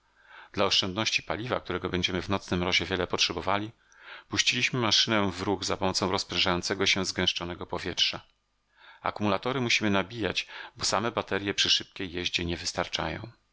dla oszczędności paliwa którego będziemy w nocnym mrozie wiele potrzebowali puściliśmy maszynę w ruch za pomocą rozprężającego się zgęszczonego powietrza akumulatory musimy nabijać bo same baterje przy szybkiej jeździe nie wystarczają